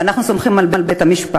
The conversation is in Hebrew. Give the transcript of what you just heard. ואנחנו סומכים על בית-המשפט.